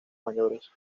mayores